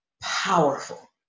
powerful